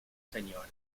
sra